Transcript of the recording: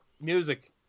music